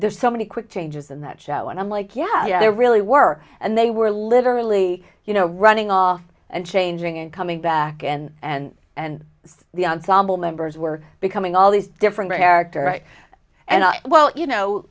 there's so many quick changes in that show and i'm like yeah they really were and they were literally you know running off and changing and coming back and and and the ensemble members were becoming all these different character and well you know